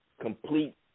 complete